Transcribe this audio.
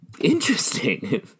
Interesting